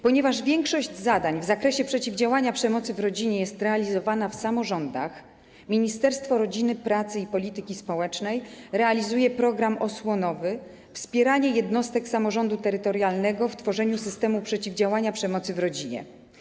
Ponieważ większość zadań w zakresie przeciwdziałania przemocy w rodzinie jest realizowana w samorządach, Ministerstwo Rodziny, Pracy i Polityki Społecznej realizuje program osłonowy „Wspieranie jednostek samorządu terytorialnego w tworzeniu systemu przeciwdziałania przemocy w rodzinie”